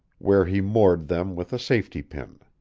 where he moored them with a safety-pin.